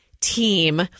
team